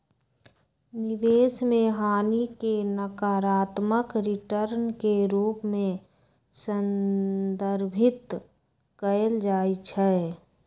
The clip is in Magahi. निवेश में हानि के नकारात्मक रिटर्न के रूप में संदर्भित कएल जाइ छइ